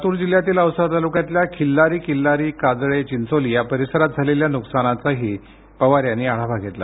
लातूर जिल्ह्यातील औसा तालुक्यातील खिल्लारी किल्लारी काजळे चिंचोली या परिसरात झालेल्या नुकसानाचीही पवार यांनी पाहणी केली